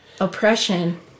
oppression